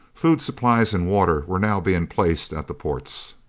food supplies and water were now being placed at the ports.